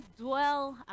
dwell